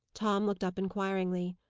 tom looked up inquiringly.